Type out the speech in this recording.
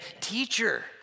Teacher